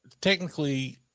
Technically